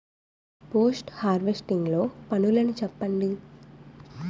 Post harvesting లో పనులను చెప్పండి?